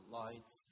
life